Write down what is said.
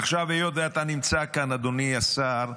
עכשיו, היות ואתה נמצא כאן, אדוני השר,